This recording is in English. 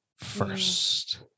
First